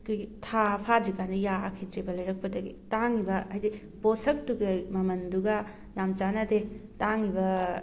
ꯑꯩꯈꯣꯏꯒꯤ ꯊꯥ ꯐꯥꯗ꯭ꯔꯤ ꯀꯥꯟꯗ ꯌꯥꯔꯛꯈꯤꯗ꯭ꯔꯦꯕ ꯂꯩꯔꯛꯄꯗꯒꯤ ꯇꯥꯡꯉꯤꯕ ꯍꯥꯏꯗꯤ ꯄꯣꯠꯁꯛꯇꯨꯒ ꯃꯃꯟꯗꯨꯒ ꯌꯥꯝ ꯆꯥꯟꯅꯗꯦ ꯇꯥꯡꯉꯤꯕ